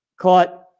caught